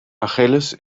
achilles